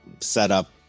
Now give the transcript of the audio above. setup